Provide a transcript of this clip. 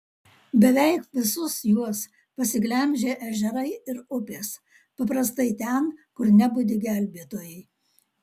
beveik visus juos pasiglemžė ežerai ir upės paprastai ten kur nebudi gelbėtojai